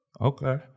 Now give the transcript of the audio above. Okay